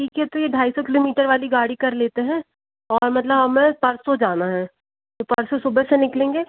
ठीक है तो ये ढाई सौ किलोमीटर वाली गाड़ी कर लेते हैं और मतलब हमें परसों जाना है तो परसों सुबह से निकलेंगे